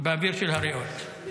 באוויר של הריאות.